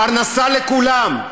פרנסה לכולם.